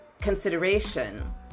consideration